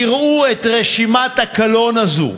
תראו את רשימת הקלון הזאת: